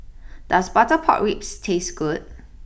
does Butter Pork Ribs taste good